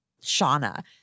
Shauna